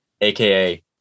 aka